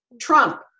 Trump